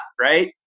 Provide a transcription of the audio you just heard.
Right